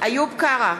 איוב קרא,